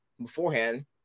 beforehand